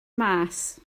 mas